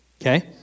okay